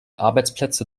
arbeitsplätze